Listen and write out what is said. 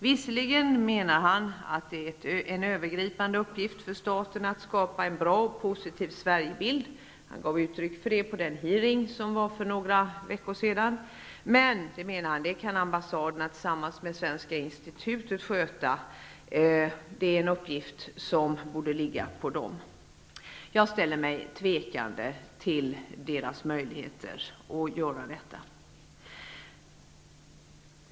Visserligen menar han att det är en övergripande uppgift för staten att skapa en bra och positiv Sverigebild -- det gav han uttryck för på den hearing som genomfördes för några veckor sedan -- men han anser att ambassaderna tillsammans med Svenska Institutet kan sköta detta. Jag ställer mig tvekande till deras möjligheter att göra detta.